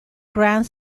grand